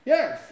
Yes